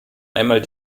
einmal